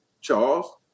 Charles